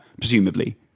presumably